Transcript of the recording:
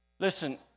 Listen